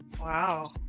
wow